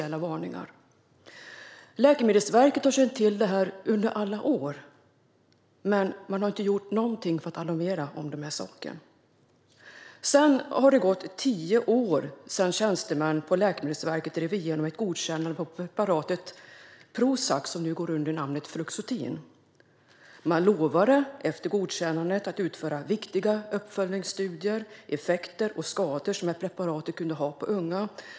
Läkemedelsverket har känt till det här under alla år, men man har inte gjort någonting för att alarmera om saken. Det har gått tio år sedan tjänstemän på Läkemedelsverket drev igenom ett godkännande av preparatet Prozac, som nu går under namnet Fluoxetin. Man lovade efter godkännandet att utföra viktiga uppföljningsstudier av effekter och skador som preparatet kunde ge upphov till på unga.